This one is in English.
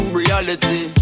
reality